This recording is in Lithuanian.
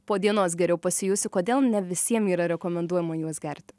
po dienos geriau pasijusi kodėl ne visiem yra rekomenduojama juos gerti